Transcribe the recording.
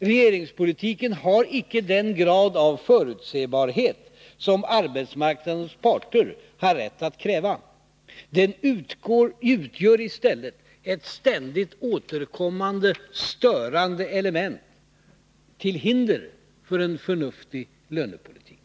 Regeringspolitiken har icke den grad av förutsebarhet som arbetsmarknadens parter har rätt att kräva. Den utgör i stället ett ständigt återkommande störande element, till hinder för en förnuftig lönepolitik.